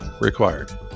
required